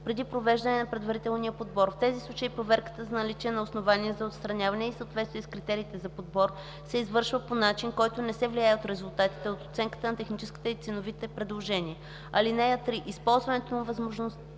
преди провеждане на предварителен подбор. В тези случаи проверката за наличие на основания за отстраняване и съответствие с критериите за подбор се извършва по начин, който не се влияе от резултатите от оценката на техническите и ценовите предложения. (3) Използването на възможността